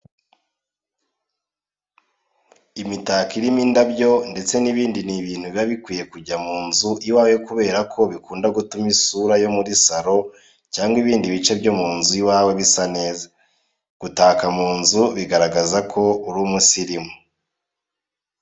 Imitako irimo indabyo ndetse n'ibindi ni ibintu biba bikwiye kujya mu nzu iwawe kubera ko bikunda gutuma isura yo muri saro cyangwa ibindi bice byo mu nzu iwawe bisa neza. Gutaka mu nzu bigaragaraza ko uri umusirimu.